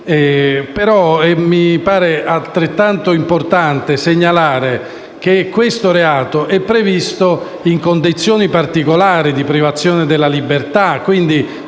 mi pare altrettanto importante segnalare che questo reato è previsto in condizioni particolari di privazione della libertà